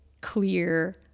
clear